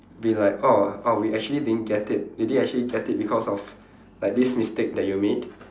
be like oh oh we actually didn't get it we didn't actually get it because of like this mistake that you made